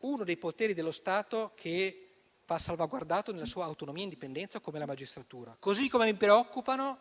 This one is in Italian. uno dei poteri dello Stato che va salvaguardato nella sua autonomia e indipendenza come la magistratura. Così come mi preoccupano